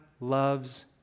loves